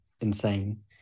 insane